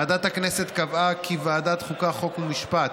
ועדת הכנסת קבעה כי ועדת החוקה, חוק ומשפט